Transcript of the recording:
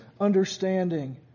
understanding